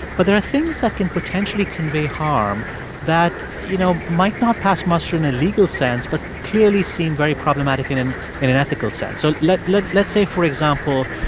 but there are things that can potentially convey harm that, you know, might not pass muster in a legal sense but clearly seem very problematic in and in an ethical sense. so let's let's say, for example,